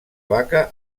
vaca